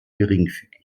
geringfügig